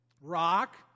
Rock